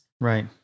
Right